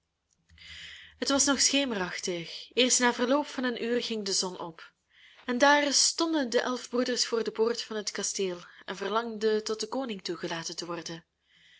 het was nog schemerachtig eerst na verloop van een uur ging de zon op en daar stonden de elf broeders voor de poort van het kasteel en verlangden tot den koning toegelaten te worden